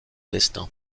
destin